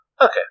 Okay